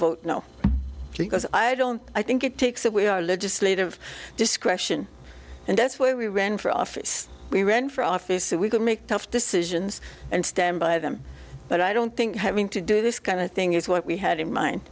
vote no because i don't i think it takes away our legislative discretion and that's why we ran for office we ran for office so we could make tough decisions and stand by them but i don't think having to do this kind of thing is what we had in mind